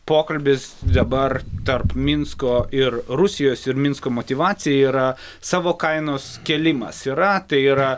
pokalbis dabar tarp minsko ir rusijos ir minsko motyvacija yra savo kainos kėlimas yra tai yra